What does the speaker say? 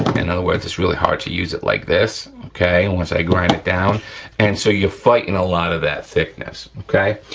in other words it's really hard to use it like this okay, and once i grind it down and so you're fighting a lot of that thickness, okay?